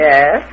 Yes